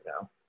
now